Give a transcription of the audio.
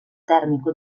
termico